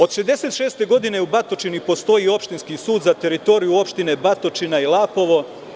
Od 1966. godine u Batočini postoji Opštinski sud za teritoriju opštine Batočina i Lapovo.